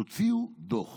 תוציאו דוח